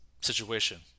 situation